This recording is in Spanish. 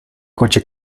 coche